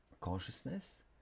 consciousness